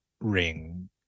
ring